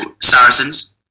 Saracens